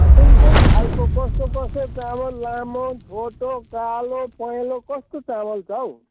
कुन कुन खालको कस्तो कस्तो चामल लामो छोटो कालो पहेँलो कस्तो चामल छ हौ